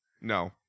No